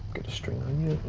string on you,